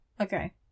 okay